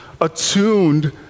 attuned